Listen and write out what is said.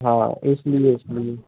हाँ इसलिए इसलिए